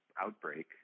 outbreak